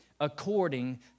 According